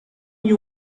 you